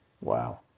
Wow